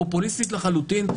פופוליסטית לחלוטין,